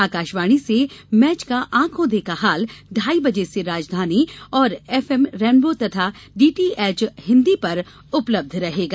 आकाशवाणी से मैच का आंखों देखा हाल ढाई बजे से राजधानी और एम रेनबो तथा डीटीएच हिंदी पर उपलब्ध रहेगा